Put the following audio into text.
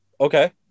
okay